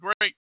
great